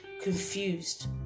confused